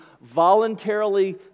voluntarily